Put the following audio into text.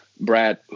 Brad